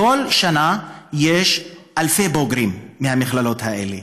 בכל שנה יש אלפי בוגרים מהמכללות האלה,